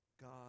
God